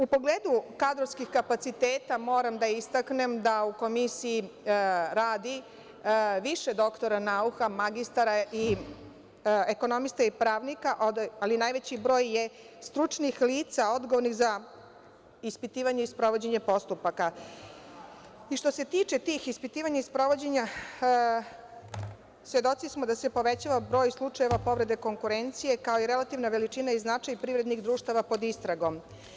U pogledu kadrovskih kapaciteta moram da istaknem da u Komisiji radi više doktora nauka, magistara i ekonomista i pravnika, ali najveći broj je stručnih lica odgovornih za ispitivanje i sprovođenje postupaka i što se tiče tih ispitivanja i sprovođenja svedoci smo da se povećava broj slučajeva povrede konkurencije, kao i relativna veličina i značaj privrednih društava pod istragom.